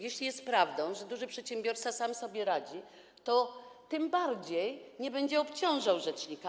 Jeśli jest prawdą to, że duży przedsiębiorca sam sobie radzi, to tym bardziej nie będzie obciążał rzecznika.